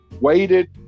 waited